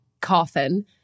coffin